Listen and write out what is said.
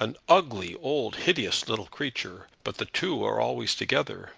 an ugly, old, hideous little creature! but the two are always together.